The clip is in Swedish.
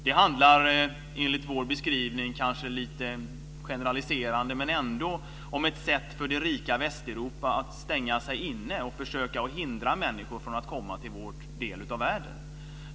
Det handlar enligt vår beskrivning kanske lite generaliserande men ändock om ett sätt för det rika Västeuropa att stänga sig inne och försöka hindra människor från att komma till vår del av världen.